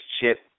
Chip